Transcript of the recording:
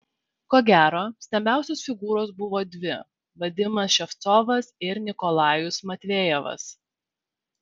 ko gero stambiausios figūros buvo dvi vadimas ševcovas ir nikolajus matvejevas